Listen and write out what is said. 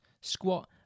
squat